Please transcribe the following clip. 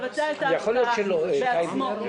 לבצע את ההפקעה בעצמו.